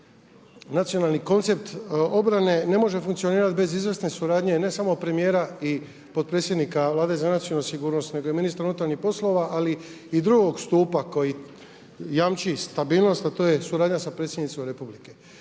nacionalni koncept obrane ne može funkcionirati bez izvrsne suradnje ne samo premijera i potpredsjednika Vlade za nacionalnu sigurnost nego i ministra unutarnjih poslova, ali i drugog stupa koji jamči stabilnost, a to je suradnja sa predsjednicom Republike.